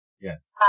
Yes